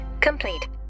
complete